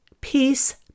peace